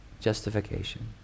justification